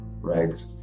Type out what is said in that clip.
Right